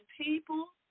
people